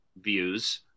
views